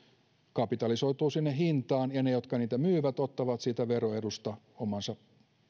kapitalisoituu sinne hintaan ja ne jotka niitä myyvät ottavat siitä veroedusta omansa